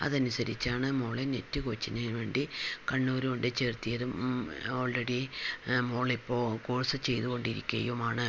അത് അനുസരിച്ചാണ് മകളെ നെറ്റ് കോച്ചിങ്ങിനു വേണ്ടി കണ്ണൂർ കൊണ്ടുപോയി ചേർത്തതും ഓൾറെഡി മകളിപ്പോൾ കോഴ്സ് ചെയ്തു കൊണ്ടിരിക്കുകയുമാണ്